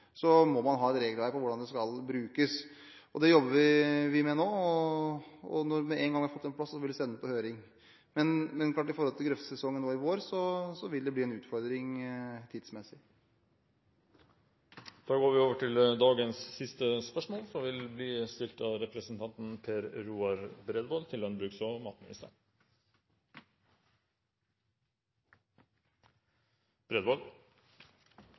må vi ha et regelverk for hvordan de skal brukes. Det jobber vi med nå, og med en gang vi har fått det på plass, vil vi sende det på høring. Men når det gjelder grøftesesongen nå i vår, vil det bli en utfordring tidsmessig. Jeg ønsker å stille følgende spørsmål til landbruks- og matministeren: «Hvordan vil statsråden beskrive fremtiden til norsk skogbruk?» Representanten Per Roar Bredvold har bedt meg om å beskrive framtiden til